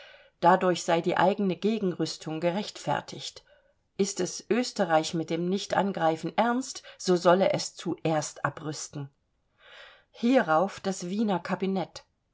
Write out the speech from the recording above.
dadurch sei die eigene gegenrüstung gerechtfertigt ist es österreich mit dem nichtangreifen ernst so solle es zuerst abrüsten hierauf das wiener kabinett